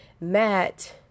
matt